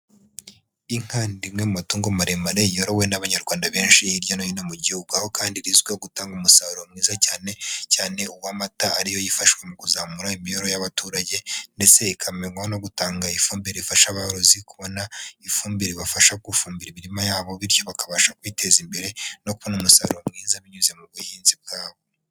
Inka ni rimwe matongo maremare yorowe n'abanyarwanda benshi hirya no hino mu Gihugu. Kandi rizwiho gutanga umusaruro mwiza cyane cyane uw'amata ariyo yifashishwa mu kuzamura imibereho y'abaturage ndetse ikamenywaho no gutanga ifumbire ifasha aborozi kubona ifumbire ibafasha gufumbira imirima yabo. Bityo bakabasha kwiteza imbere no kubona umusaruro mwiza binyuze mu buhinzi bwabo.